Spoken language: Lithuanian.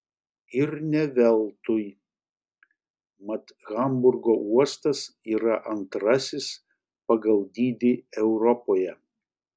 ir ne veltui mat hamburgo uostas yra antrasis pagal dydį europoje